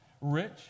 rich